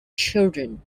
children